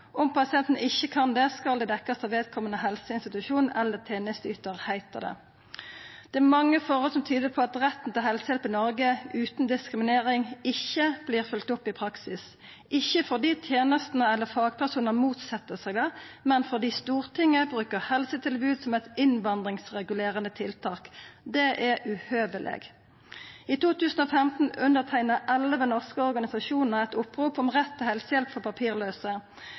Om pasienten ikkje kan det, skal utgiftene dekkjast av vedkomande helseinstitusjon eller tenesteytar, heiter det. Det er mange forhold som tyder på at retten til helsehjelp i Noreg utan diskriminering ikkje vert følgd opp i praksis – ikkje fordi tenestene eller fagpersonar set seg imot det, men fordi Stortinget brukar helsetilbod som eit innvandringsregulerande tiltak. Det er uhøveleg. I 2015 underteikna elleve norske organisasjonar eit opprop om rett til helsehjelp for